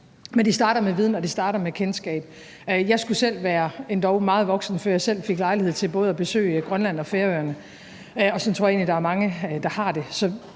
og det starter med kendskab til hinanden. Jeg skulle selv være endog meget voksen, før jeg fik lejlighed til at besøge både Grønland og Færøerne, og sådan tror jeg egentlig at der er mange der har det.